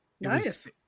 nice